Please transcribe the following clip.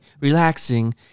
relaxing